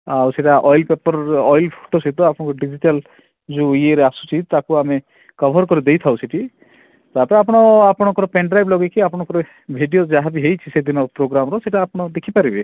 ଆଉ ସେଇଟା oil paper oil photo ସହିତ ଆପଣଙ୍କୁ ଡିଜିଟାଲ୍ ଯେଉଁ ଇୟେରେ ଆସୁଛି ତାକୁ ଆମେ କଭର୍ କରି ଦେଇଥାଉ ସେଇଠୀ ତା'ପରେ ଆପଣ ଆପଣଙ୍କର ପେନ୍ଡ୍ରାଇଭ୍ ଲଗାଇକି ଆପଣଙ୍କର ଭିଡ଼ିଓ ଯାହାବି ହେଇଛି ସେଦିନ ପ୍ରୋଗ୍ରାମ୍ର ସେଇଟା ଆପଣ ଦେଖିପାରିବେ